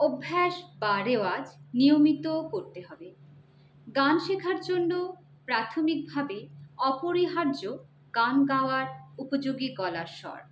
অভ্যাস বা রেওয়াজ নিয়মিত করতে হবে গান শেখার জন্য প্রাথমিকভাবে অপরিহার্য গান গাওয়ার উপযোগী গলার স্বর